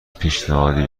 پیشنهادی